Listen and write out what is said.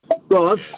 Ross